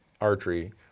archery